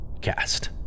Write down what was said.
cast